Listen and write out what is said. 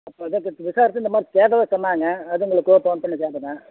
அதுதான் இப்போ விசாரித்தேன் இந்த மாதிரி கேட்டதாக சொன்னாங்க அதுதான் உங்களுக்கு ஃபோன் பண்ணிக் கேட்கறேன்